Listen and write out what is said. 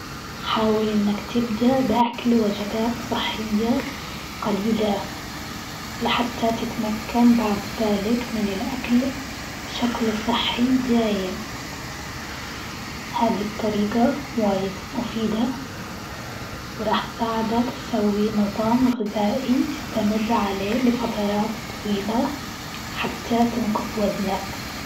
حاول أنك تبدأ بأكل وجبات صحية قليلة، لحتى تتمكن بعد ذلك من الأكل بشكل صحي دائم. هذي الطريقة وايد مفيدة، وراح تساعدك تسوي نظام غذائي تستمر عليه لفترات طويلة حتى تنقص وزنك.